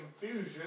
confusion